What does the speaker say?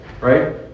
Right